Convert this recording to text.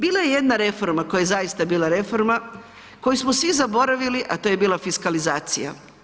Bila je jedna reforma koja je zaista bila reforma, koju smo svi zaboravili a to je bila fiskalizacija.